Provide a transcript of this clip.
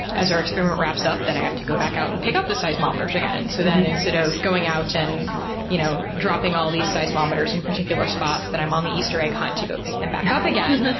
our experiment wraps up then i have to go back out and pick up the seismometers again. so then instead of going out and you know dropping all these seismometers in particular spots, then i'm on the easter egg hunt to go pick them back up again.